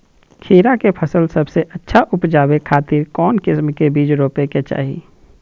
खीरा के फसल सबसे अच्छा उबजावे खातिर कौन किस्म के बीज रोपे के चाही?